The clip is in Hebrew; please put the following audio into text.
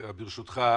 ברשותך,